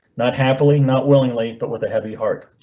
not happily, not willingly, but with a heavy heart.